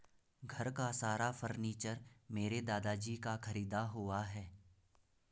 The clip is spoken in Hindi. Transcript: घर का सारा फर्नीचर मेरे दादाजी का खरीदा हुआ है